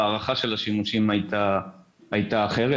וההערכה של השימושים הייתה אחרת.